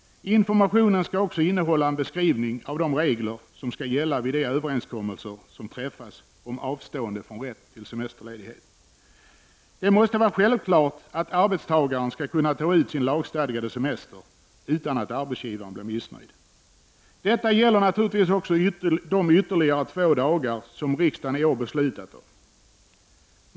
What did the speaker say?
Informationen skall också innehålla en beskrivning av de regler som skall gälla vid de överenskommelser som träffas om avstående från rätt till semesterledighet. Det måste vara självklart att arbetstagaren skall kunna ta ut sin lagstadgade semester utan att arbetsgivaren blir missnöjd. Detta gäller naturligtvis också de ytterligare två dagar som riksdagen i år beslutat om.